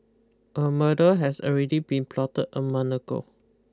a murder has already been plotted a month ago